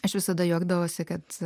aš visada juokdavosi kad